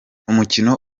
umukino